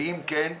ואם כן,